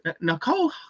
Nicole